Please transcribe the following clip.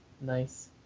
Nice